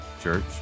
Church